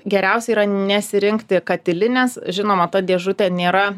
geriausia yra nesirinkti katilinės žinoma ta dėžutė nėra